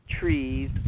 trees